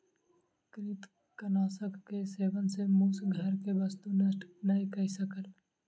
कृंतकनाशक के सेवन सॅ मूस घर के वस्तु नष्ट नै कय सकल